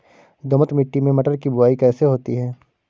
दोमट मिट्टी में मटर की बुवाई कैसे होती है?